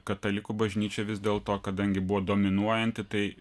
katalikų bažnyčia vis dėl to kadangi buvo dominuojanti tai